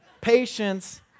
patience